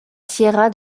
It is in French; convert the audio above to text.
sierra